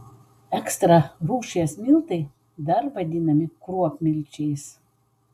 ekstra rūšies miltai dar vadinami kruopmilčiais